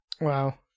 Wow